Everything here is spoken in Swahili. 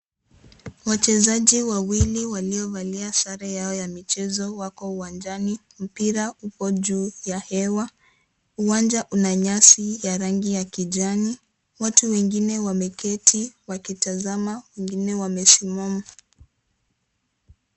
Wachezaji wawili waliovalia sare yao ya mchezo wako uwanjani, mpira upo juu ya hewa, uwanja una nyasi ya rangi ya kijani, watu wengine wameketi wakitazama, wengine wamesimama.